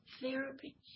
therapy